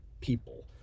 people